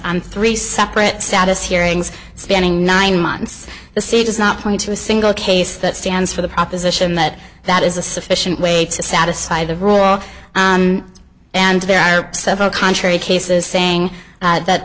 on three separate status hearings spanning nine months the see does not point to a single case that stands for the proposition that that is a sufficient way to satisfy the rule and there are several contrary cases saying that